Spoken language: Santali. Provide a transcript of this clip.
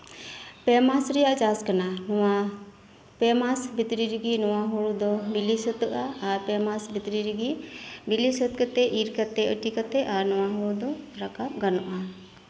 ᱱᱚᱣᱟ ᱯᱮ ᱢᱟᱥ ᱨᱮᱭᱟᱜ ᱪᱟᱥ ᱠᱟᱱᱟ ᱱᱚᱣᱟ ᱯᱮ ᱢᱟᱥ ᱵᱷᱤᱛᱨᱤ ᱨᱮᱜᱮ ᱱᱚᱣᱟ ᱦᱩᱲᱩ ᱫᱚ ᱵᱤᱞᱤ ᱥᱟᱹᱛᱟᱹᱜᱼᱟ ᱟᱨ ᱟᱨ ᱯᱮ ᱢᱟᱥ ᱵᱷᱤᱛᱨᱤ ᱨᱮᱜᱮ ᱵᱤᱞᱤ ᱥᱟᱹᱛ ᱠᱟᱛᱮᱫ ᱤᱨ ᱠᱟᱛᱮᱫ ᱟᱸᱴᱤ ᱠᱟᱛᱮᱫ ᱱᱚᱣᱟ ᱦᱩᱲᱩ ᱫᱚ ᱨᱟᱠᱟᱵ ᱜᱟᱱᱚᱜᱼᱟ